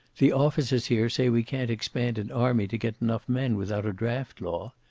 the officers here say we can't expand an army to get enough men without a draft law.